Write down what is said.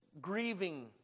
grieving